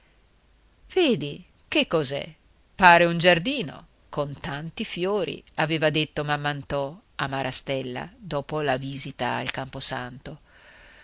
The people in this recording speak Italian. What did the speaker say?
vedi che cos'è pare un giardino con tanti fiori aveva detto mamm'anto a marastella dopo la visita al camposanto